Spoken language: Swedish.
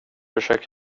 försöker